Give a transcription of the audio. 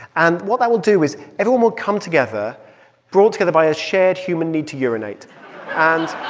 and what that will do is everyone would come together brought together by a shared human need to urinate and